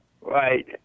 Right